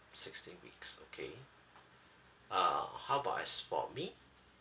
sixteen weeks okay uh how about as for me